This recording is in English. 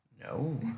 No